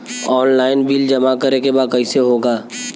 Online bill जमा करे के बा कईसे होगा?